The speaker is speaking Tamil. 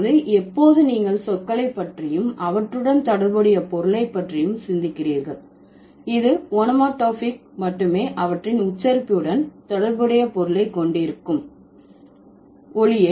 அதாவது எப்போது நீங்கள் சொற்களை பற்றியும் அவற்றுடன் தொடர்புடைய பொருளை பற்றியும் சிந்திக்கிறீர்கள் இது ஓனோமடோபாயிக் மட்டுமே அவற்றின் உச்சரிப்புடன் தொடர்புடைய பொருளை கொண்டிருக்கும் சொற்கள்